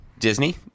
disney